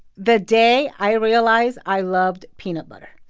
the day i realized i loved peanut butter.